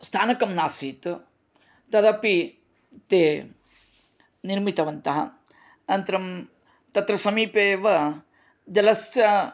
स्थानकं नासीत् तदपि ते निर्मितवन्तः अनन्तरं तत्र समीपे एव जलस्य